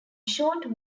short